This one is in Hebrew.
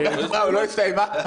היא לא הסתיימה?